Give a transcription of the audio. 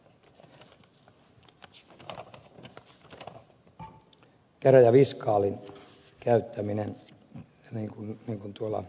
notaarin ja käräjäoikeuden käräjäviskaalin käyttäminen oikeudessa